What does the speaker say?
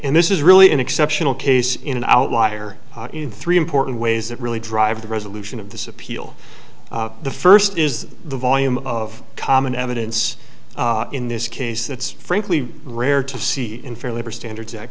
and this is really an exceptional case in an outlier in three important ways that really drive the resolution of this appeal the first is the volume of common evidence in this case that's frankly rare to see in fair labor standards